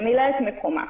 שמילא את מקומה